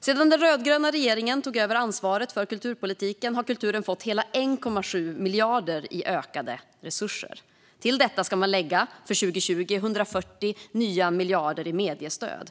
Sedan den rödgröna regeringen tog över ansvaret för kulturpolitiken har kulturen fått hela 1,7 miljarder i ökade resurser. Till detta ska man för 2020 lägga 140 nya miljarder i mediestöd.